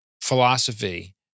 philosophy